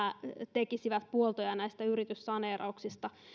tekisivät puoltoja näistä yrityssaneerauksista